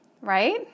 right